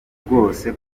rwose